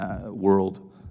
world